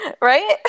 Right